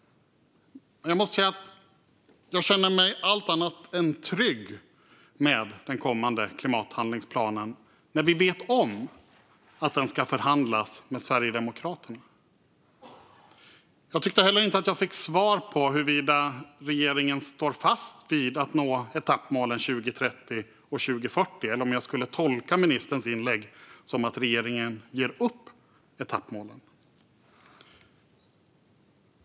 Jag måste dock säga att jag känner mig allt annat än trygg med denna plan när vi vet att den ska förhandlas med Sverigedemokraterna. Jag tyckte heller inte att jag fick svar på huruvida regeringen står fast vid att nå etappmålen för 2030 och 2040. Skulle jag tolka ministerns inlägg som att regeringen ger upp etappmålen?